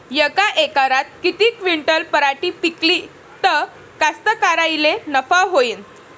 यका एकरात किती क्विंटल पराटी पिकली त कास्तकाराइले नफा होईन?